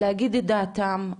להגיד את דעתם.